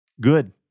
Good